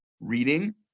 Reading